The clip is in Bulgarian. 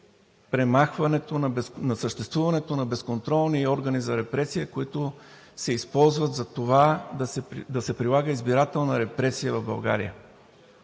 на съществуването на безконтролни органи за репресия, които се използват за това да се прилага избирателна репресия в България.